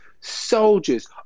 soldiers